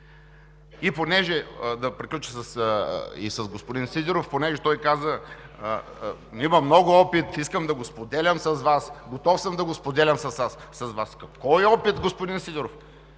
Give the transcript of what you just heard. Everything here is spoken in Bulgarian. нещо?! Да приключа и с господин Сидеров, понеже той каза: имам много опит, искам да го споделям с Вас, готов съм да го споделям с Вас... Кой опит, господин Сидеров?